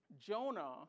Jonah